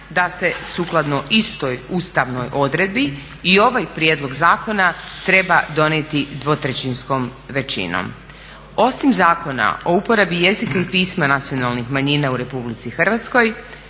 da se sukladno istoj ustavnoj odredbi i ovaj prijedlog zakona treba donijeti dvotrećinskom većinom. Osim Zakona o uporabi jezika i pisma nacionalnih manjina u RH dvotrećinskom